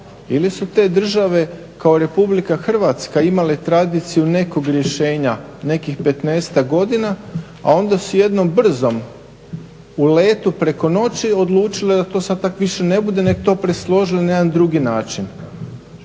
ili su te države kao Republika Hrvatska imale tradiciju nekog rješenja nekih petnaestak godina, a onda su jednom brzom u letu preko noći odlučile da to sad tak' više ne bude, neg' to presložili na drugi način.